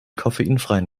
koffeinfreien